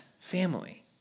family